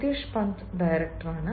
പ്രത്യുഷ് പന്ത് ഡയറക്ടറാണ്